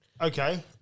okay